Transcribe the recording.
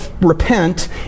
repent